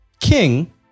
king